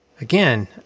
Again